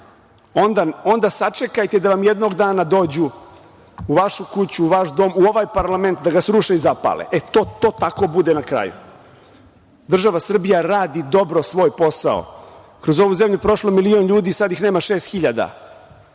onda sačekajte da vam jednog dana dođu u vašu kuću, u vaš dom, u ovaj parlament da ga sruše i zapale. E, to tako bude na kraju. Država Srbija radi dobro svoj posao. Kroz ovu zemlju je prošlo milion ljudi sad ih nema šest hiljada.